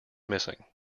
missing